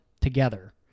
together